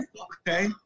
Okay